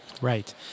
Right